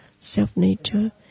self-nature